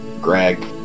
Greg